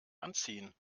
anziehen